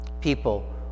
people